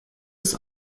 des